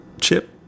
chip